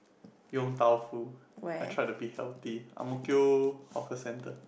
Yong-Tau-Foo I tried to be healthy ang-mo-kio hawker center